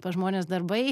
pas žmones darbai